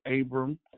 Abram